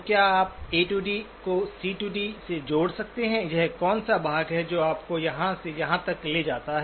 तो क्या आप ए डी A D को सी डी C D से जोड़ सकते हैं वह कौन सा भाग है जो आपको यहाँ से यहाँ तक ले जाता है